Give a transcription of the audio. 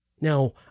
Now